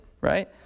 right